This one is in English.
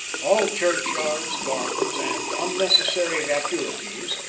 all church yards, gardens, and unnecessary vacuities,